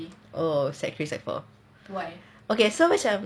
oh secondary three secondary four okay so macam